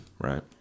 right